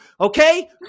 okay